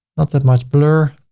not that much blur.